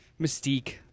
Mystique